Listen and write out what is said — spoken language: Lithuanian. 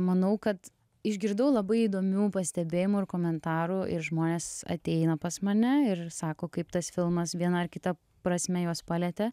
manau kad išgirdau labai įdomių pastebėjimų ir komentarų ir žmonės ateina pas mane ir sako kaip tas filmas viena ar kita prasme juos palietė